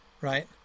right